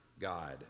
God